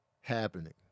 happening